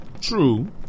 True